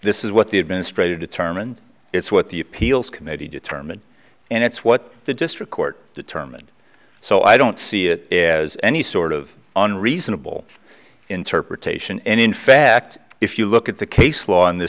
this is what the administrator determined it's what the appeals committee determined and it's what the district court determined so i don't see it is any sort of an reasonable interpretation and in fact if you look at the case law in the